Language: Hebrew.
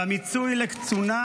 והמיצוי לקצונה,